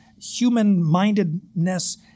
human-mindedness